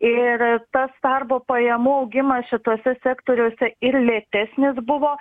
ir tas darbo pajamų augimas šituose sektoriuose ir lėtesnis buvo